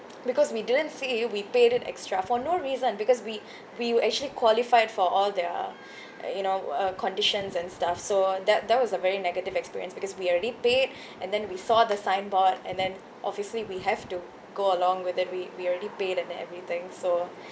because we didn't see it we paid it extra for no reason because we we were actually qualified for all their uh you know uh conditions and stuff so that that was a very negative experience because we already paid and then we saw the signboard and then obviously we have to go along with it we we already pay and then everything so